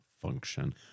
function